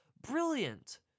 brilliant